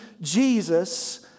Jesus